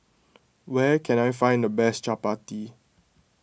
where can I find the best Chapati